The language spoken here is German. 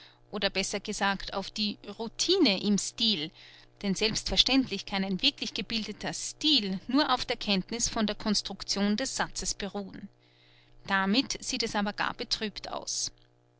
oder besser gesagt auf die routine im styl denn selbstverständlich kann ein wirklich gebildeter styl nur auf der kenntniß von der construction des satzes beruhen damit sieht es aber gar betrübt aus